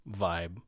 vibe